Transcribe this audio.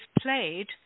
played